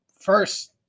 first